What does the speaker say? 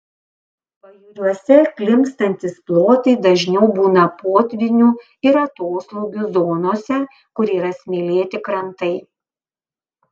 pajūriuose klimpstantys plotai dažniau būna potvynių ir atoslūgių zonose kur yra smėlėti krantai